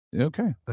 Okay